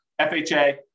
FHA